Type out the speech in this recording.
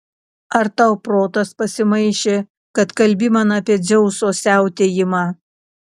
ar tau protas pasimaišė kad kalbi man apie dzeuso siautėjimą